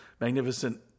Magnificent